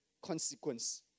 consequence